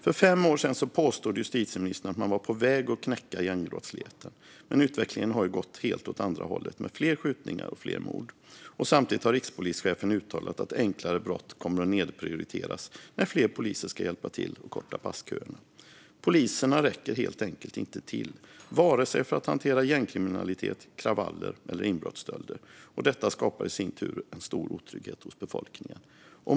För fem år sedan påstod justitieministern att man var på väg att knäcka gängbrottsligheten, men utvecklingen har ju gått helt åt andra hållet med fler skjutningar och fler mord. Samtidigt har rikspolischefen uttalat att enklare brott kommer att nedprioriteras när fler poliser ska hjälpa till att korta passköerna. Poliserna räcker helt enkelt inte till för att hantera vare sig gängkriminalitet, kravaller eller inbrottsstölder. Detta skapar i sin tur en stor otrygghet hos befolkningen.